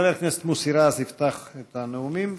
חבר הכנסת מוסי רז יפתח את הנאומים,